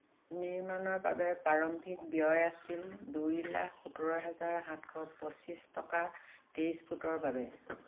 নিৰ্মাণৰ বাবে প্ৰাৰম্ভিক ব্যয় আছিল দুই লাখ সোতৰ হাজাৰ সাতশ পঁচিশ টকা তেইছ ফুটৰ বাবে